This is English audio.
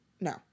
no